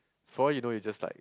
for all you know you just like